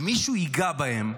אם מישהו ייגע בהם,